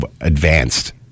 advanced